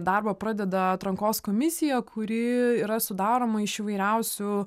darbą pradeda atrankos komisija kuri yra sudaroma iš įvairiausių